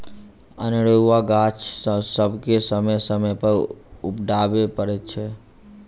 अनेरूआ गाछ सभके समय समय पर उपटाबय पड़ैत छै